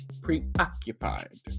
preoccupied